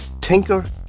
Tinker